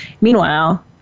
Meanwhile